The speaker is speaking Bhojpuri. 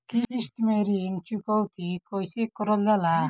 किश्त में ऋण चुकौती कईसे करल जाला?